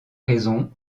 raison